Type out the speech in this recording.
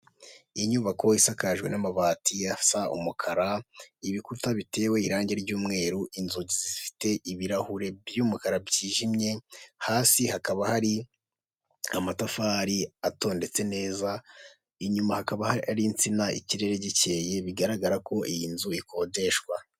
Inyubako isakajwe n'amabati asa umukara, ibikuta bitewe irangi ry'umweru, inzugi zifite ibirahure by'umukara byijimye, hasi hakaba hari amatafari atondetse neza, inyuma hakaba hari insina ikirere gikeye bigaragara ko iyi nzu ikodeshwa.